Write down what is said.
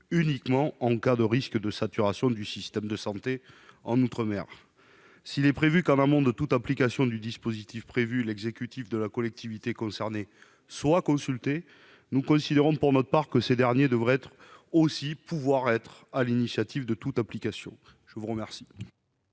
uniquement en cas de risque de saturation du système de santé en outre-mer s'il est prévu qu'en amont de toute implication du dispositif prévu l'exécutif de la collectivité concernés soient consultés, nous considérons pour notre part que ces derniers devraient être aussi pouvoir être à l'initiative de toute implication, je vous remercie.